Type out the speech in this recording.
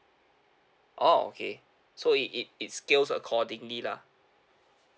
oh okay so it it it scales accordingly lah